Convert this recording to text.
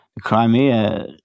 Crimea